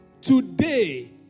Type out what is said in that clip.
Today